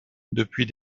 depuis